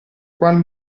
qual